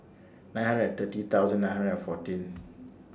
nine hundred and thirty thousand nine hundred and fourteen